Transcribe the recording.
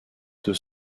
deux